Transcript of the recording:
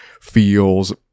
feels